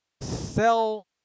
sell